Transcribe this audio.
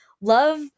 love